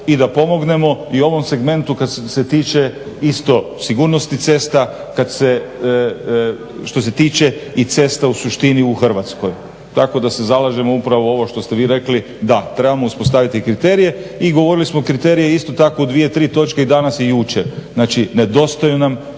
i da pomognemo i ovom segmentu kad se tiče isto sigurnosti cesta, što se tiče i cesta u suštini u Hrvatskoj. Tako da se zalažemo ovo što ste vi rekli, da trebamo uspostaviti kriterije i govorili smo kriterije isto tako u dvije tri točke i danas i jučer. Znači nedostaju nam